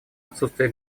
отсутствия